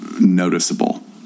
noticeable